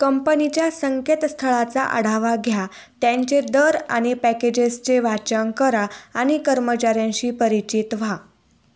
कंपनीच्या संकेतस्थळाचा आढावा घ्या त्यांचे दर आणि पॅकेजेसचे वाचन करा आणि कर्मचाऱ्यांशी परिचित व्हा